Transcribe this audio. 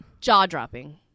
Jaw-dropping